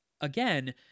again